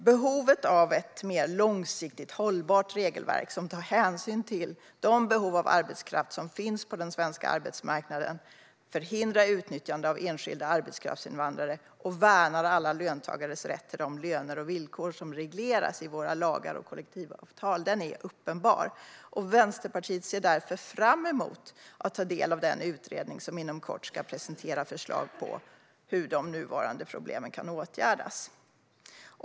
Behovet av ett mer långsiktigt hållbart regelverk som tar hänsyn till de anspråk på arbetskraft som finns på den svenska arbetsmarknaden, förhindrar utnyttjande av enskilda arbetskraftsinvandrare och värnar alla löntagares rätt till de löner och villkor som regleras i våra lagar och kollektivavtal är uppenbart. Vänsterpartiet ser därför fram emot att ta del av den utredning som inom kort ska presentera förslag på hur de nuvarande problemen kan åtgärdas.